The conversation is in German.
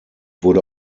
wurde